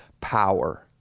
power